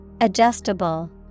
Adjustable